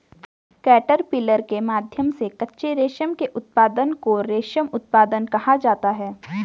caterpillar के माध्यम से कच्चे रेशम के उत्पादन को रेशम उत्पादन कहा जाता है